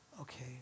okay